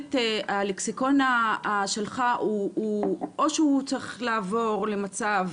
היכולת והלקסיקון שלך או שהוא צריך לעבור למצב